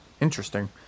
Interesting